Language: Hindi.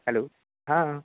हलो हाँ